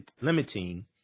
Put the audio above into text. limiting